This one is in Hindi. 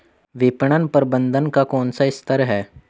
विपणन प्रबंधन का कौन सा स्तर है?